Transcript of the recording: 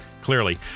clearly